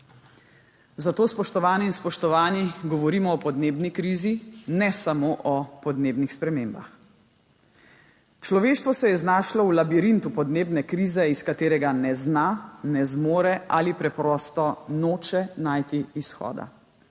Zato, spoštovane in spoštovani, govorimo o podnebni krizi, ne samo o podnebnih spremembah. Človeštvo se je znašlo v labirintu podnebne krize, iz katerega ne zna, ne zmore ali preprosto noče najti izhoda.